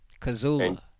Kazula